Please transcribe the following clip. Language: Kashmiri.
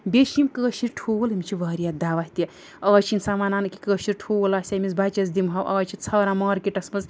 بیٚیہِ چھِ یِم کٲشِرۍ ٹھوٗل یِم چھِ واریاہ دَوا تہِ آز چھُ اِنسان وَنان کہِ کٲشِرۍ ٹھوٗل آسہِ ہے ییٚمِس بَچَس دِمہٕ ہاو آز چھِ ژھاران مارکیٚٹَس منٛز